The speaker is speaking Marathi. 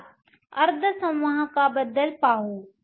चला अर्धसंवाहकाबद्दल पाहू